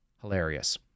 Hilarious